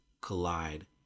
collide